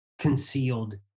concealed